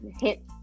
hit